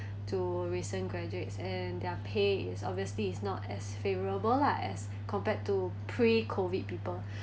to recent graduates and their pay is obviously is not as favourable lah as compared to pre-COVID people